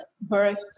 birth